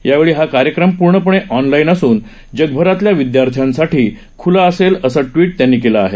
यावेळी हा कार्यक्रम पूर्णपणे ऑनलाईन असून जगभरातल्या विद्यार्थ्यांसाठी खुला असेल असं ट्विट त्यांनी केलं आहे